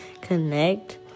connect